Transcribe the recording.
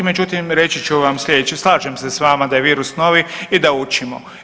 Međutim, reći ću vam slijedeće, slažem se s vama da je virus novi i da učimo.